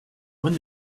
when